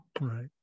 Right